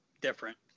different